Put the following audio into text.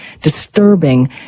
disturbing